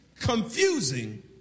confusing